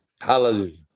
Hallelujah